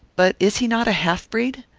but is he not a half-breed?